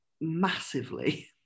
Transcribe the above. massively